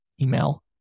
email